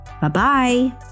Bye-bye